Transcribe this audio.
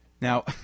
Now